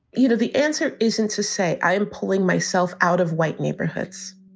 you know, the answer isn't to say i am pulling myself out of white neighborhoods,